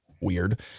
weird